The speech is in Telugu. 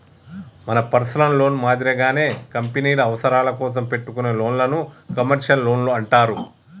మన పర్సనల్ లోన్ మాదిరిగానే కంపెనీల అవసరాల కోసం పెట్టుకునే లోన్లను కమర్షియల్ లోన్లు అంటారు